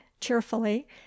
cheerfully